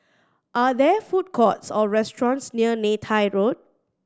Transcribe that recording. are there food courts or restaurants near Neythai Road